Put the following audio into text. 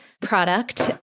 product